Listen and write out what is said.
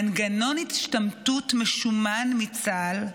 מנגנון השתמטות משומן מצה"ל,